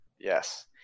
Yes